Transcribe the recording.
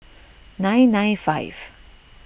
nine nine five